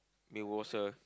it was a